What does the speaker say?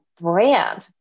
brand